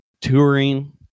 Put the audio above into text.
touring